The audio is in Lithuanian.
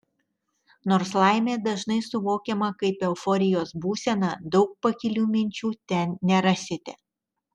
nors laimė dažnai suvokiama kaip euforijos būsena daug pakilių minčių ten nerasite